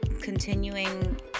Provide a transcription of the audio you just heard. continuing